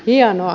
hienoa